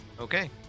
Okay